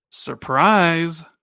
Surprise